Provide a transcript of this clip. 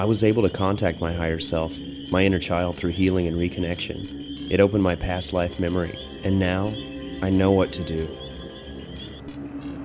i was able to contact my higher self my inner child through healing and reconnection it opened my past life memory and now i know what to do